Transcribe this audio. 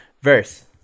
verse